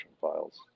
files